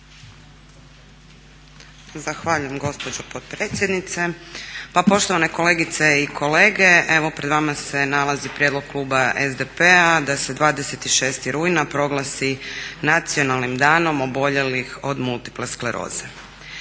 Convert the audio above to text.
Zahvaljujem gospođo potpredsjednice. Pa poštovane kolegice i kolege. Evo pred vama se nalazi prijedlog kluba SDP-a da se 26.rujna proglasi nacionalnim danom oboljelih od multiple skleroze.